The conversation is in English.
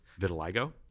vitiligo